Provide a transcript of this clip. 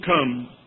come